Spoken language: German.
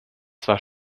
zwar